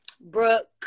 Brooke